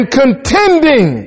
contending